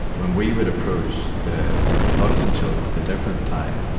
when we would approach the protestant children with a different tie,